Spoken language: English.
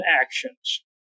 actions